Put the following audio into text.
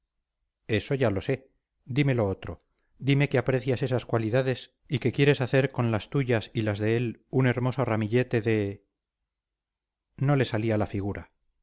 eso ya lo sé dime lo otro dime que aprecias esas cualidades y que quieres hacer con las tuyas y las de él un hermoso ramillete de no le salía la figura